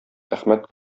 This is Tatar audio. әхмәт